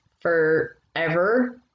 forever